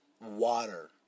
Water